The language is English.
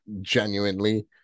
genuinely